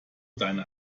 deine